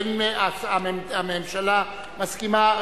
הממשלה מסכימה,